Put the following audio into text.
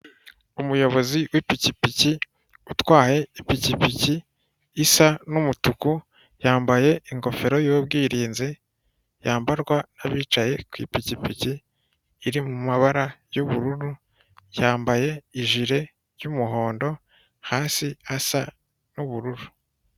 Umuyobozi w'ipikipiki utwaye ipikipiki, isa n'umutuku, yambaye ingofero y'ubwirinzi, yambarwa n'abicaye ku ipikipiki, iri mu mabara y'ubururu yambaye ijire y'umuhondo hasi asa nubururu